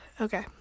Okay